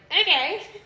Okay